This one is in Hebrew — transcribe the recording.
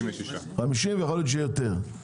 50, אולי יהיו יותר.